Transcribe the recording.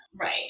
right